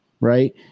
right